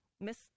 Miss